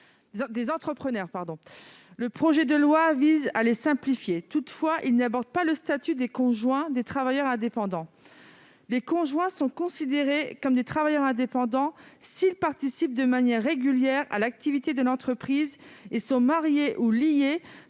Le projet de loi vise à les simplifier. Toutefois, il n'aborde pas le statut des conjoints des travailleurs indépendants. Les conjoints sont considérés comme des travailleurs indépendants s'ils participent de manière régulière à l'activité de l'entreprise et sont mariés ou liés